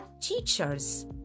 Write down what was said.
teachers